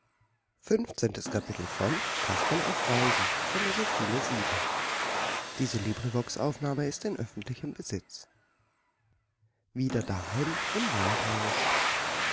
severin wieder im waldhaus